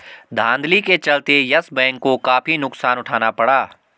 धांधली के चलते यस बैंक को काफी नुकसान उठाना पड़ा